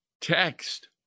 text